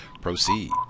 proceed